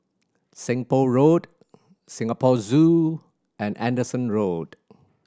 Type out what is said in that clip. Seng Poh Road Singapore Zoo and Anderson Road